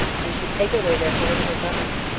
and should take away their political government,